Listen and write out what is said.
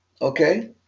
Okay